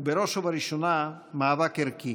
הוא בראש ובראשונה מאבק ערכי.